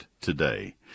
today